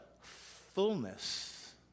fullness